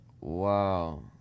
Wow